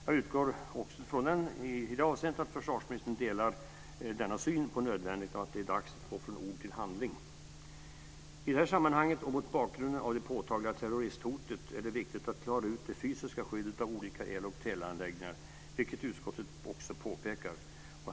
Jag utgår också i det avseendet från att försvarsministern delar denna syn på nödvändigheten av att det är dags att gå från ord till handling. I det sammanhanget och mot bakgrund av det påtagliga terroristhotet är det viktigt att klara ut det fysiska skyddet av olika el och teleanläggningar, vilket utskottet också påpekar.